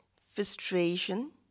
frustration